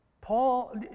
Paul